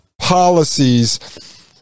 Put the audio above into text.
policies